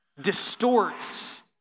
distorts